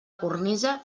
cornisa